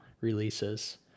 releases